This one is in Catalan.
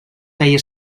feia